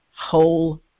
whole